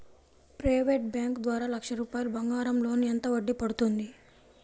Private bank ద్వారా లక్ష రూపాయలు బంగారం లోన్ ఎంత వడ్డీ పడుతుంది?